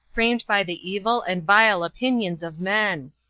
framed by the evil and vile opinions of men.